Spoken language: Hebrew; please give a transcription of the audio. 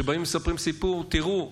שבאים ומספרים סיפור: תראו,